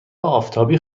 آفتابی